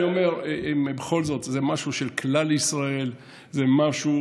אני אומר, בכל זאת, זה משהו של כלל ישראל, זה משהו